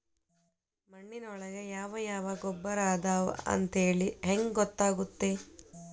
ಮಣ್ಣಿನೊಳಗೆ ಯಾವ ಯಾವ ಗೊಬ್ಬರ ಅದಾವ ಅಂತೇಳಿ ಹೆಂಗ್ ಗೊತ್ತಾಗುತ್ತೆ?